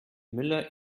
müller